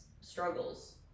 struggles